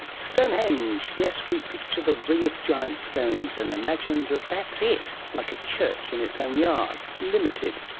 stonehenge, yes, we picture the ring of giant stones and imagine that that's it, like a church in its own yard, limited.